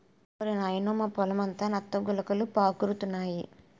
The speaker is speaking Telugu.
ఓరి నాయనోయ్ మా పొలమంతా నత్త గులకలు పాకురుతున్నాయి